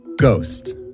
Ghost